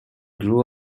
grew